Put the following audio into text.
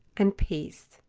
and paste,